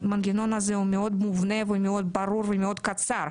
המנגנון הזה הוא מאוד מובנה ומאוד ברור ומאוד קצר.